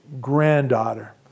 granddaughter